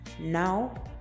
now